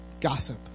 Gossip